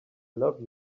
love